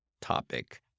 topic